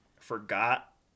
forgot